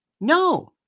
No